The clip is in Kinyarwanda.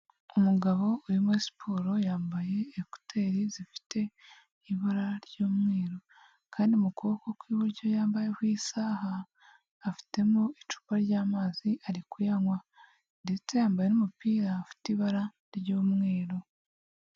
Umugabo uri muri siporo, yambaye ekuteri zifite ibara ry'umweru, kandi mu kuboko kw'iburyo yambayeho isaha, afitemo icupa ry'amazi ari kuyanywa. Ndetse yambaye n'umupira ufite ibara ry'umweru.